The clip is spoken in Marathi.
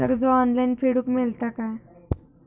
कर्ज ऑनलाइन फेडूक मेलता काय?